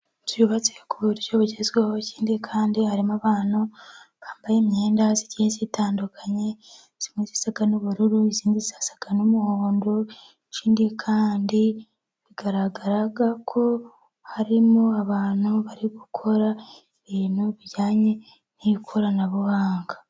Inzu yubatse ku buryo bugezweho, ikindi kandi harimo abantu bambaye imyenda igiye itandukanye, imwe isa n'ubururu, indi isa n'umuhondo, ikindi kandi bigaragara ko harimo abantu, bari gukora ibintu bijyanye n'ikoranabuhanga.